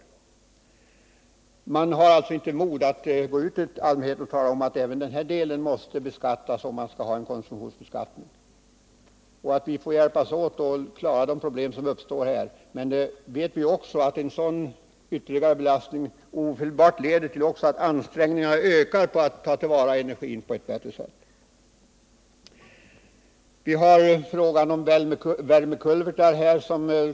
Socialdemokraterna har tydligen inte modet att gå ut till allmänheten och tala om att även denna del måste beskattas om vi skall ha en konsumtionsindragning och att vi får hjälpas åt att klara de problem som här uppstår. Vi vet ju att en sådan ytterligare beskattning ofelbart leder till att ansträngningarna att på ett bättre sätt ta till vara energin ökar.